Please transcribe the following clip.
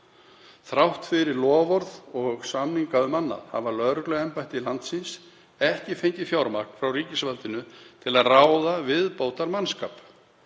Þrátt fyrir loforð og samninga um annað hafa lögregluembætti landsins ekki fengið fjármagn frá ríkisvaldinu til að ráða viðbótarmannskap.